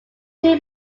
too